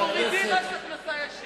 ומורידים מס הכנסה ישיר.